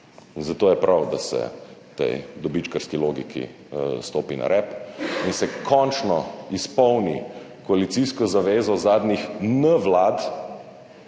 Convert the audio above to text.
Zato je prav, da se tej dobičkarski logiki stopi na rep in se končno izpolni koalicijsko zavezo zadnjih n vlad,